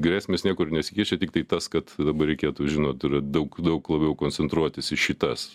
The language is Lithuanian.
grėsmės niekur nesikeičia tiktai tas kad dabar reikėtų žinot daug daug labiau koncentruotis į šitas